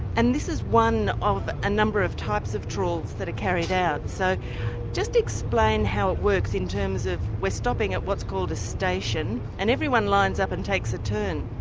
and this is one ah of a number of types of trawls that are carried out, so just explain how it works in terms of. we're stopping at what's called a station and everyone lines up and takes a turn.